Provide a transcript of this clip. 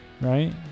Right